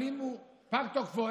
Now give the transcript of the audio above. אבל אם פג תוקפו,